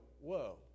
whoa